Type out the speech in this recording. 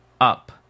up